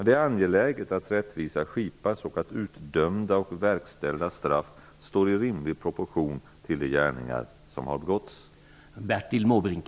Det är angeläget att rättvisa skipas och att utdömda och verkställda straff står i rimlig proportion till de gärningar som har begåtts!